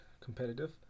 competitive